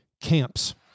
camps